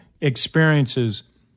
experiences